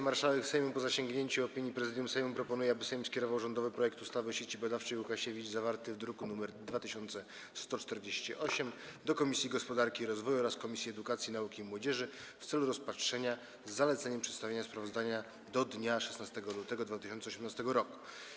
Marszałek Sejmu, po zasięgnięciu opinii Prezydium Sejmu, proponuje, aby Sejm skierował rządowy projekt ustawy o Sieci Badawczej: Łukasiewicz, zawarty w druku nr 2148, do Komisji Gospodarki i Rozwoju oraz Komisji Edukacji, Nauki i Młodzieży w celu rozpatrzenia, z zaleceniem przedstawienia sprawozdania do dnia 16 lutego 2018 r.